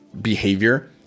behavior